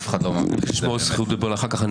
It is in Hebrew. אחר כך.